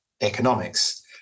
economics